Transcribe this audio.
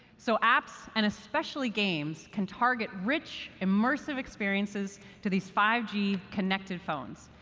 so apps and especially games can target rich, immersive experiences to these five g connected phones.